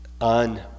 on